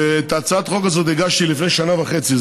ואת הצעת החוק הזאת הגשתי לפני שנה וחצי.